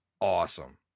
awesome